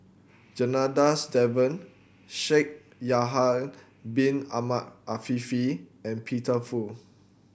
Janadas Devan Shaikh Yahya Bin Ahmed Afifi and Peter Fu